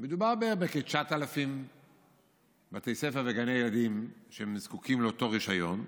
מדובר בכ-9,000 בתי ספר וגני ילדים שזקוקים לאותו רישיון,